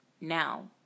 Now